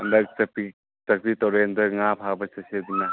ꯍꯟꯗꯛ ꯆꯥꯛꯄꯤ ꯇꯨꯔꯦꯟꯗ ꯉꯥ ꯐꯥꯕ ꯆꯠꯁꯤꯗꯅ